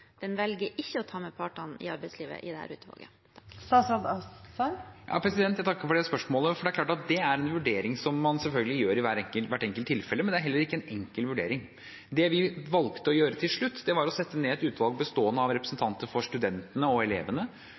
den velger ikke å ta med partene i arbeidslivet i dette utvalget? Jeg takker for det spørsmålet, for det er klart at det er en vurdering som man selvfølgelig gjør i hvert enkelt tilfelle. Men det er heller ikke en enkel vurdering. Det vi valgte å gjøre til slutt, var å sette ned et utvalg bestående av representanter for studentene og elevene,